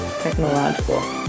technological